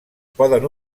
poden